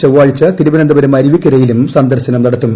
ചൊവ്വാഴ്ച തിരുവനന്തപുരം അരുവിക്കരയിലും സന്ദർശനം നടത്തും